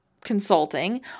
consulting